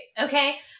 Okay